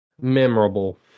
memorable